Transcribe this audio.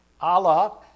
Allah